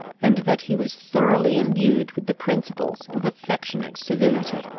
and that he was thoroughly imbued with the principles of affectionate civility.